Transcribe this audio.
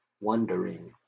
wondering